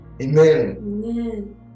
Amen